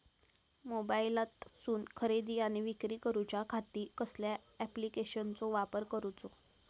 मोबाईलातसून खरेदी आणि विक्री करूच्या खाती कसल्या ॲप्लिकेशनाचो वापर करूचो?